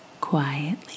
quietly